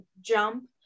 jump